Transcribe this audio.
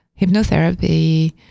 hypnotherapy